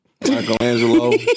Michelangelo